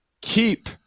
keep